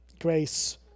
Grace